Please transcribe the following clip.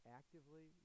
actively